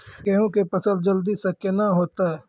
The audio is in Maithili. गेहूँ के फसल जल्दी से के ना होते?